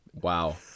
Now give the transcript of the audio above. Wow